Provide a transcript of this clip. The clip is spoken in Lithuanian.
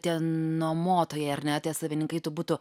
tie nuomotojai ar ne tie savininkai tų butų